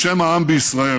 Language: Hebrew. בשם העם בישראל